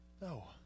No